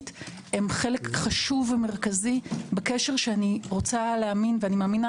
הם חלק חשוב ומרכזי בקשר שאני רוצה להאמין ומאמינה,